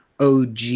OG